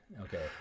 Okay